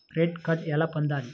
Credit card ఎలా పొందాలి?